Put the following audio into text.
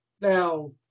Now